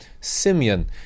Simeon